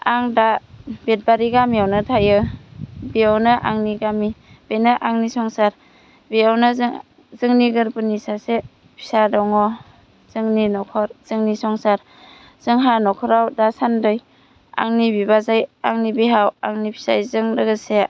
आं दा बेदबारि गामियावनो थायो बेयावनो आंनि गामि बेनो आंनि संसार बेयावनो जों जोंनि गोरबोनि सासे फिसा दङ जोंनि न'खर जोंनि संसार जोंहा न'खराव दासान्दै आंनि बिबाजै आंनि बिहाव आंनि फिसाइजों लोगोसे